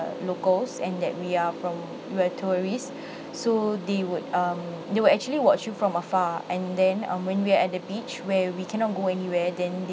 locals and that we are from we're tourists so they would um they would actually watched you from afar and then um when we're at the beach where we cannot go anywhere then